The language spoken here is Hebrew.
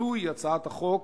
עיתוי הצעת החוק